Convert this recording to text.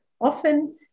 Often